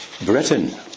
Britain